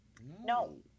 no